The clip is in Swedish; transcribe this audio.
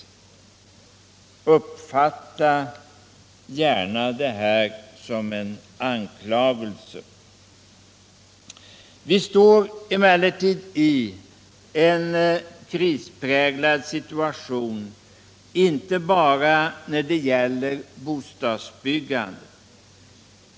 Uppfatta gärna detta som en anklagelse. Vi står emellertid i en krispräglad situation inte bara när det gäller bostadsbyggandet.